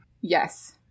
Yes